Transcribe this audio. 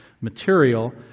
material